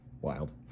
Wild